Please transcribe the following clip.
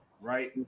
right